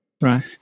Right